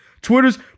Twitter's